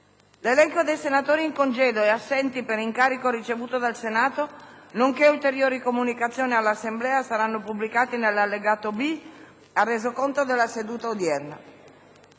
L'elenco dei senatori in congedo e assenti per incarico ricevuto dal Senato nonché ulteriori comunicazioni all'Assemblea saranno pubblicati nell'allegato B al Resoconto della seduta odierna.